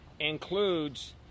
includes